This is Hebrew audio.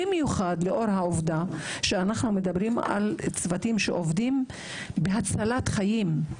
במיוחד לאור העובדה שאנחנו מדברים על צוותים שעובדים בהצלת חיים.